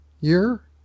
year